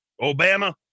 Obama